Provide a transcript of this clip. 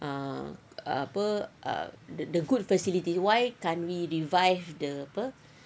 ah apa ah the good facility why can't we revive the apa